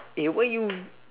eh why you